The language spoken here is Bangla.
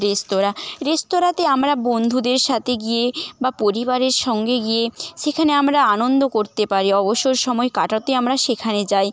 রেস্তরাঁ রেস্তরাঁতে আমার বন্ধুদের সাথে গিয়ে বা পরিবারের সঙ্গে গিয়ে সেখানে আমরা আনন্দ করতে পারি অবসর সময় কাটাতে আমরা সেখানে যাই